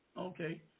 Okay